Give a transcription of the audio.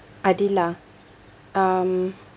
adila um